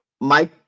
Mike